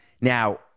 Now